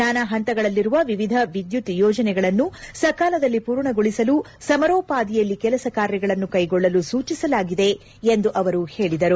ನಾನಾ ಹಂತಗಳಲ್ಲಿರುವ ವಿವಿಧ ವಿದ್ಯುತ್ ಯೋಜನೆಗಳನ್ನು ಸಕಾಲದಲ್ಲಿ ಪೂರ್ಣಗೊಳಿಸಲು ಸಮರೋಪಾದಿಯಲ್ಲಿ ಕೆಲಸ ಕಾರ್ಯಗಳನ್ನು ಕೈಗೊಳ್ಳಲು ಸೂಚಿಸಲಾಗಿದೆ ಎಂದು ಅವರು ಹೇಳಿದರು